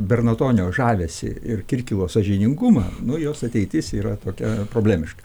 bernatonio žavesį ir kirkilo sąžiningumą nu jos ateitis yra tokia problemiška